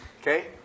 Okay